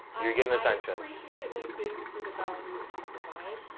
you're getting attention. i appreciate linkedin for the value it can provide.